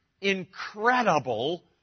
incredible